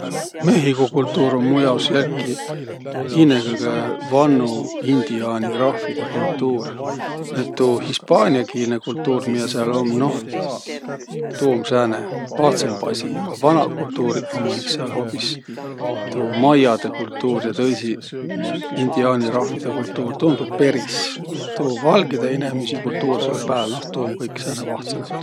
Mehhigo kultuur um mu jaos jälki innekõgõ vannu indiaani rahvidõ kultuur. Et tuu hispaaniakiilne kultuur, miä sääl um, noh, tuu um sääne vahtsõmb asi, a vanaq kultuuriq ummaq iks sääl hoobis tuu maiadõ kultuuri ja tõisi indiaani rahvidõ kultuur. Tuu um tuu peris. Tuu valgidõ inemiisi kultuur sääl pääl, noh, tuu um kõik sääne vahtsõnõ värk.